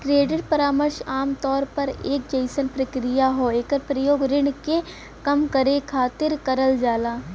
credit परामर्श आमतौर पर एक अइसन प्रक्रिया हौ एकर प्रयोग ऋण के कम करे खातिर करल जाला